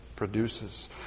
produces